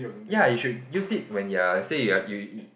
ya you should use it when you're said you are you you